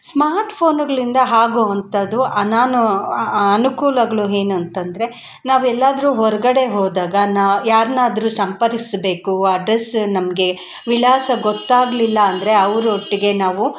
smart ಫೋನುಗಳಿಂದ ಆಗೋ ಅಂಥದ್ದು ಅನಾನು ಅನುಕೂಲಗಳು ಏನು ಅಂತಂದರೆ ನಾವೆಲ್ಲಾದರೂ ಹೊರಗಡೆ ಹೋದಾಗ ನಾ ಯಾರ್ನಾದ್ರೂ ಸಂಪರಿಸ್ಬೇಕು ಅಡ್ರಸ್ ನಮಗೆ ವಿಳಾಸ ಗೊತ್ತಾಗಲಿಲ್ಲ ಅಂದರೆ ಅವ್ರೊಟ್ಟಿಗೆ ನಾವು